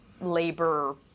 labor